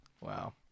Wow